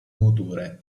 motore